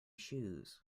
shoes